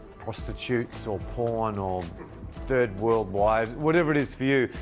prostitutes or porn or third world wives, whatever it is for you.